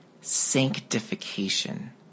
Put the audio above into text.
sanctification